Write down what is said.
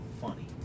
funny